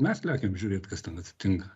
mes lekiam žiūrėt kas ten atsitinka